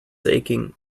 aching